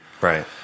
Right